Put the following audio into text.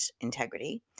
integrity